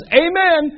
amen